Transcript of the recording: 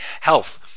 Health